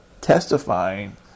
testifying